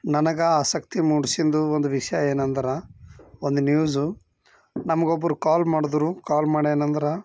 ನನಗೆ ಆಸಕ್ತಿ ಮೂಡ್ಸಿದ್ದು ಒಂದು ವಿಷಯ ಏನೆಂದ್ರೆ ಒಂದು ನ್ಯೂಸು ನಮಗೊಬ್ರು ಕಾಲ್ ಮಾಡಿದ್ರು ಕಾಲ್ ಮಾಡಿ ಏನೆಂದ್ರು